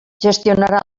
gestionarà